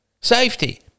Safety